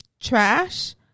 trash